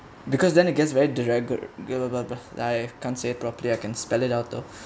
because then it gets very like I can't say properly I can spell it out though